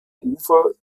ufer